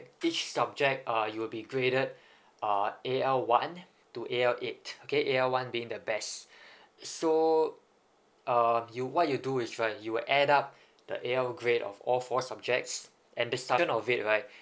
each subject uh it'll be graded uh A_L one to A_L eight okay A_L one being the best so uh you what you do is right you add up the A_L grade of all four subjects and then sum of it right